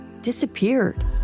disappeared